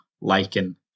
lichen